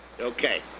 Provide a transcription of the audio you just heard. Okay